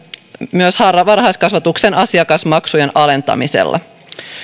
myös varhaiskasvatuksen asiakasmaksujen alentamisella